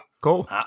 cool